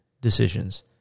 decisions